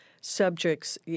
subjects